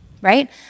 right